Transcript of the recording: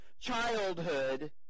childhood